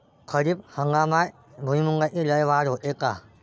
खरीप हंगामात भुईमूगात लई वाढ होते का?